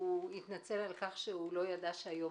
הוא התנצל על כך שלא ידע שהיום